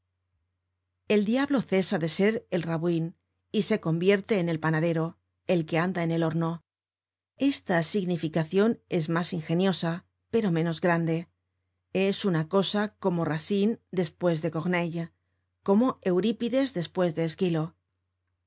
el diablo cesa de ser el rabouin y se convierte en el panadero el que anda en el horno esta significacion es mas ingeniosa pero menos grande es una cosa como racine despues de corneille como eurípides despues de esquilo